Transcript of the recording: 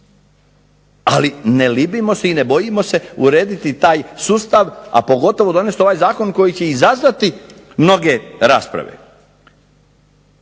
ali ne libimo se i ne bojimo se urediti taj sustav, a pogotovo donijeti ovaj zakon koji će izazvati mnoge rasprave.